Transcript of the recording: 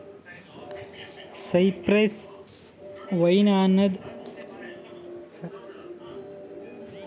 cypress vine ಅನದ್ ಒಂದು ಹೂವಿನ ಗಿಡ ಅದಾ ಮತ್ತ ಇದುಕ್ ಅವರಿ ಬಳ್ಳಿ ಅಂತ್ ಕರಿತಾರ್